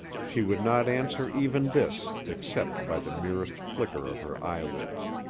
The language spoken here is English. she would not answer even this except by the merest flicker of her eyelids.